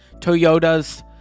Toyotas